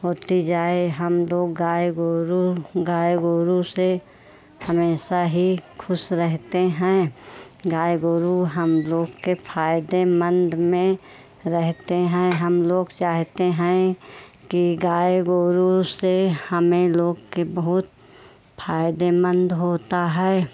होती जाए हम लोग गाय गोरू गाय गोरू से हमेशा ही ख़ुश रहते हैं गाय गोरू हम लोग के फायदेमंद में रहते हैं हम लोग चाहते हैं कि गाय गोरू से हमें लोग के बहुत फ़ायदेमंद होता है